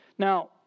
Now